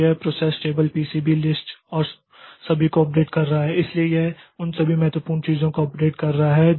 तो यह process table PCB list और सभी को अपडेट कर रहा है इसलिए यह उन सभी महत्वपूर्ण चीजों को अपडेट कर रहा है